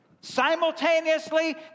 Simultaneously